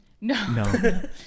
No